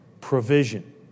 Provision